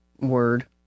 Word